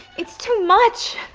it's too much.